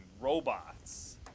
robots